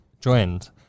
joined